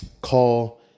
call